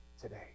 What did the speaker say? today